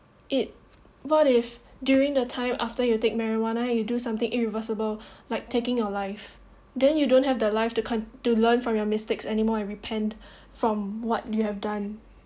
it what if during the time after you take marijuana you do something irreversible like taking your life then you don't have their life to to learn from your mistakes anymore I repent from what you have done